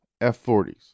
F40s